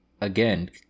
again